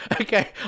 Okay